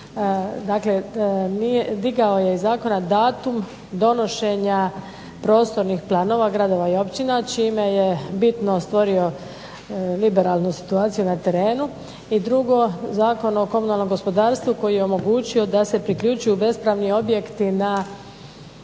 dakle, digao je iz zakona datum donošenja prostornih planova gradova i općina čime je bitno stvorio liberalnu situaciju na terenu. I drugo, Zakon o komunalnom gospodarstvu koji je omogućio da se priključuju bespravni objekti na